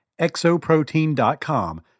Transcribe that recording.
exoprotein.com